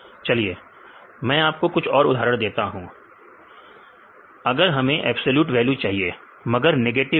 चलिए मैं आपको कुछ और उदाहरण देता हूं अगर हमें एब्सलूट वैल्यू चाहिए मगर नेगेटिव वैल्यूज नहीं